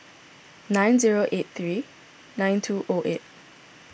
nine zero eight three nine two O eight